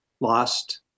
lost